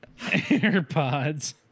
AirPods